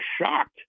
shocked